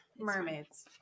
Mermaids